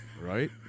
right